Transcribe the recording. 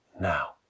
now